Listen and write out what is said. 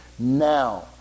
Now